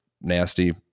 nasty